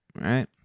Right